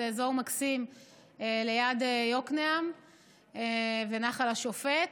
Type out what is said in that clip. זה אזור מקסים ליד יקנעם ונחל השופט.